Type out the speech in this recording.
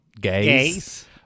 Gays